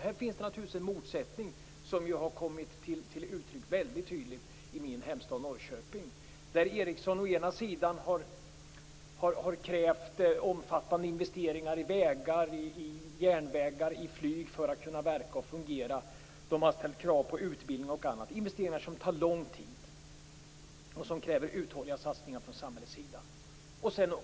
Här finns naturligtvis en motsättning. Den har kommit till uttryck väldigt tydligt i min hemstad Norrköping, där Ericsson å ena sidan har krävt omfattande investeringar i vägar, järnvägar och flyg för att kunna verka och fungera. Man har ställt krav på utbildning och annat. Det är investeringar som tar lång tid och som kräver uthålliga satsningar från samhällets sida.